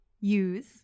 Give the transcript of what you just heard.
Use